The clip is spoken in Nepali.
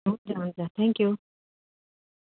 हुन्छ हुन्छ थ्याङ्क्यु